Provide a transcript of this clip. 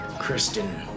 Kristen